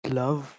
love